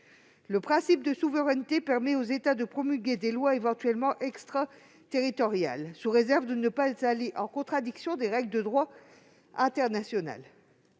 Le principe de souveraineté permet aux États de promulguer des lois éventuellement extraterritoriales, sous réserve qu'elles ne soient pas contraires aux règles de droit international.